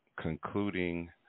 concluding